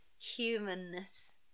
humanness